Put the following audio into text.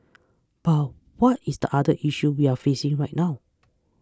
but what is the other issue we're facing right now